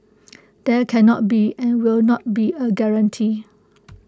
there cannot be and will not be A guarantee